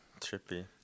Trippy